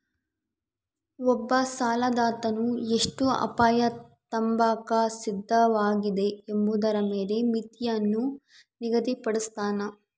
ಒಬ್ಬ ಸಾಲದಾತನು ಎಷ್ಟು ಅಪಾಯ ತಾಂಬಾಕ ಸಿದ್ಧವಾಗಿದೆ ಎಂಬುದರ ಮೇಲೆ ಮಿತಿಯನ್ನು ನಿಗದಿಪಡುಸ್ತನ